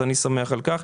אז אני שמח על כך.